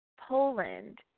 Poland